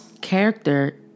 character